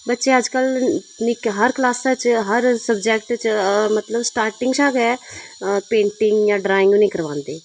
बच्चे अजकल्ल हर कलास च हर सबजैक्ट च मतलब स्टार्टिंग दा गै पेंटिंग जां ड्रराइंग उ'नें गी करांदे